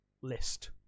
list